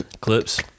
Clips. (